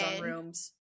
rooms